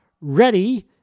ready